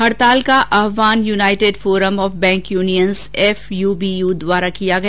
हड़ताल का आह्वान united forum of bank unions UFBU द्वारा किया गया